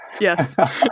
Yes